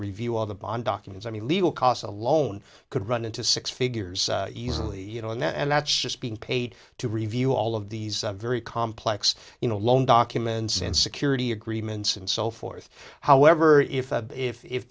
review all the bond documents i mean legal costs alone could run into six figures easily you know and then and that's just being paid to review all of these very complex you know loan documents and security agreements and so forth however if